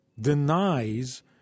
denies